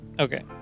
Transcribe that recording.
Okay